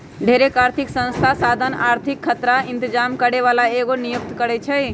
ढेरेक आर्थिक संस्था साधन आर्थिक खतरा इतजाम करे बला के नियुक्ति करै छै